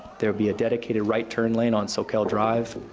there would be a dedicated right turn lane on soquel drive,